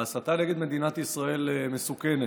ההסתה נגד מדינת ישראל מסוכנת,